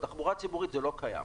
בתחבורה הציבורית זה לא קיים.